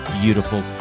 Beautiful